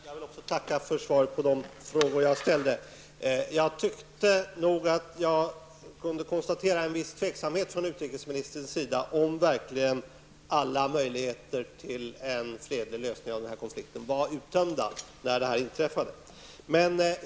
Herr talman! Jag vill också tacka för svaret på de frågor jag ställde. Jag tyckte nog att jag kunde konstatera en viss tveksamhet från utrikesministerns sida om verkligen alla möjligheter till en fredlig lösning av konflikten var uttömda.